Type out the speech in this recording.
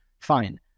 Fine